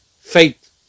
faith